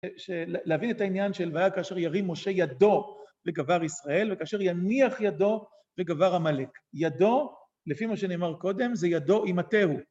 ‫להבין את העניין של והיה ‫כאשר ירים משה ידו וגבר ישראל, ‫וכאשר יניח ידו וגבר המלך. ‫ידו, לפי מה שנאמר קודם, ‫זה ידו עם מטהו.